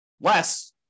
Less